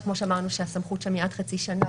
שכמו שאמרנו שהסמכות שם היא עד חצי שנה,